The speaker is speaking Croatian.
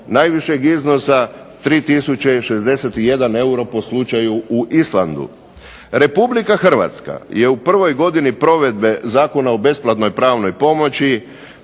najvišeg iznosa 3061 euro po slučaju u Islandu. Republika Hrvatska je u prvoj godini provedbe Zakona o besplatnoj pravnoj pomoći,